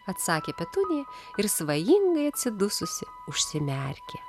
atsakė petunija ir svajingai atsidususi užsimerkė